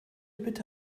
bitte